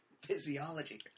Physiology